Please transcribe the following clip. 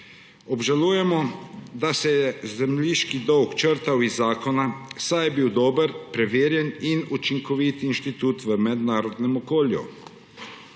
Obžalujemo, da se je zemljiški dolg črtal iz zakona, saj je bil dober, preverjen in učinkovit institut v mednarodnem okolju.